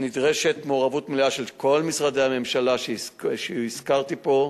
נדרשת מעורבות מלאה של כל משרדי הממשלה שהזכרתי פה,